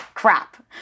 crap